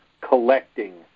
collecting